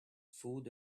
food